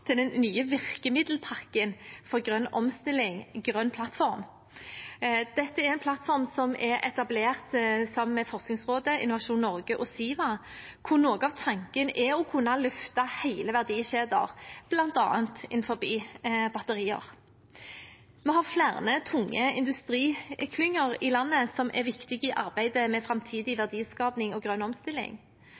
til den nye virkemiddelpakken for grønn omstilling: Grønn plattform. Dette er en plattform som er etablert sammen med Forskningsrådet, Innovasjon Norge og Siva, hvor noe av tanken er å kunne løfte hele verdikjeder, bl.a. innenfor batterier. Vi har flere tunge industriklynger i landet som er viktige i arbeidet med framtidig verdiskaping og grønn omstilling.